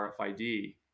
RFID